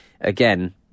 again